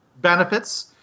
benefits